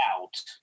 out